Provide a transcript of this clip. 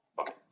Okay